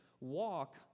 walk